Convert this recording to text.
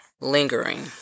lingering